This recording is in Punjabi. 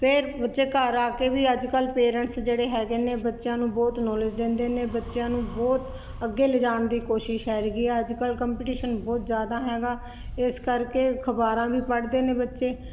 ਫਿਰ ਬੱਚੇ ਘਰ ਆ ਕੇ ਵੀ ਅੱਜ ਕੱਲ੍ਹ ਪੇਰੈਂਟਸ ਜਿਹੜੇ ਹੈਗੇ ਨੇ ਬੱਚਿਆਂ ਨੂੰ ਬਹੁਤ ਨੋਲੇਜ ਦਿੰਦੇ ਨੇ ਬੱਚਿਆਂ ਨੂੰ ਬਹੁਤ ਅੱਗੇ ਲਿਜਾਉਣ ਦੀ ਕੋਸ਼ਿਸ਼ ਹੈਗੀ ਆ ਅੱਜ ਕੱਲ੍ਹ ਕੰਪਟੀਸ਼ਨ ਬਹੁਤ ਜ਼ਿਆਦਾ ਹੈਗਾ ਇਸ ਕਰਕੇ ਅਖਬਾਰਾਂ ਵੀ ਪੜ੍ਹਦੇ ਨੇ ਬੱਚੇ